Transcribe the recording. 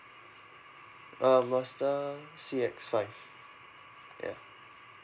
uh mazda C X five ya